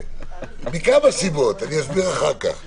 האם נעשה שימוש בזה ולאיזה